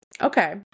okay